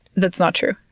that's not true.